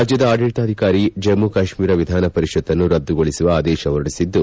ರಾಜ್ಯದ ಅಡಳಿತಾಧಿಕಾರಿ ಜಮ್ಮ ಕಾಶ್ಮೀರ ವಿಧಾನಪರಿಷತ್ತನ್ನು ರದ್ದುಗೊಳಿಸುವ ಆದೇಶ ಹೊರಡಿಸಿದ್ದು